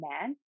man